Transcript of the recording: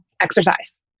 exercise